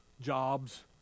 jobs